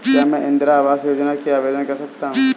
क्या मैं इंदिरा आवास योजना के लिए आवेदन कर सकता हूँ?